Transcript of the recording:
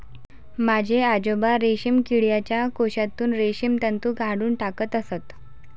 माझे आजोबा रेशीम किडीच्या कोशातून रेशीम तंतू काढून टाकत असत